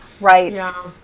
Right